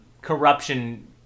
corruption